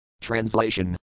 Translation